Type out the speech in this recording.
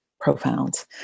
profound